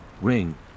ring